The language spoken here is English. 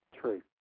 True